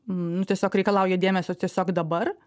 nu tiesiog reikalauja dėmesio tiesiog dabar